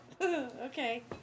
Okay